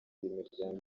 imiryango